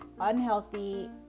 unhealthy